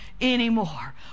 anymore